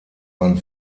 man